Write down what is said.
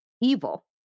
evil